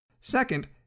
Second